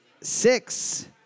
six